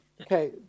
Okay